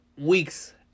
weeks